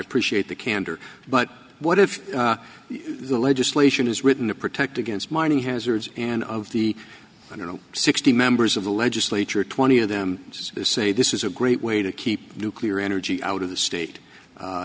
appreciate the candor but what if the legislation is written to protect against mining hazards and of the i don't know sixty members of the legislature twenty of them say this is a great way to keep nuclear energy out of the state